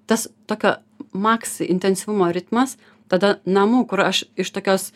tas tokio maks intensyvumo ritmas tada namų kur aš iš tokios